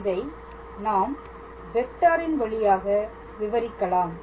இதை நாம் வெக்டாரின் வழியாக விவரிக்கலாம்